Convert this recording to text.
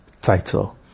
title